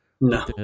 No